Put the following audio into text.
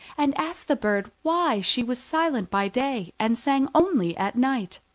and asked the bird why she was silent by day and sang only at night.